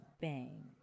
Bang